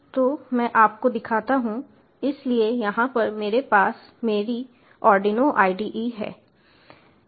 तो मैं आपको दिखाता हूं इसलिए यहां पर मेरे पास मेरी आर्डिनो IDE है